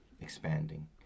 expanding